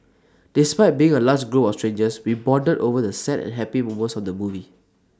despite being A large group of strangers we bonded over the sad and happy moments of the movie